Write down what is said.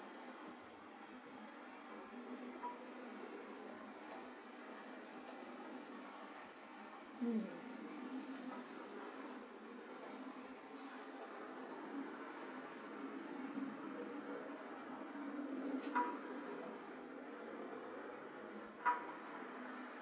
mm